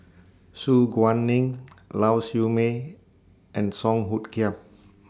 Su Guaning Lau Siew Mei and Song Hoot Kiam